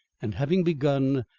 and having begun,